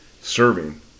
serving